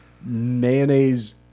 mayonnaise